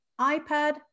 iPad